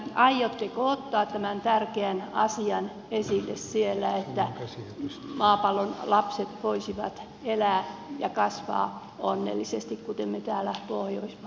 aiotteko ottaa tämän tärkeän asian esille siellä jotta maapallon lapset voisivat elää ja kasvaa onnellisesti kuten täällä pohjoismaissa